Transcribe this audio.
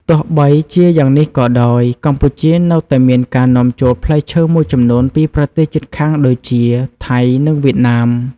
ទោះបីជាយ៉ាងនេះក៏ដោយ កម្ពុជានៅតែមានការនាំចូលផ្លែឈើមួយចំនួនពីប្រទេសជិតខាងដូចជា ថៃ និងវៀតណាម។